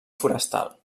forestal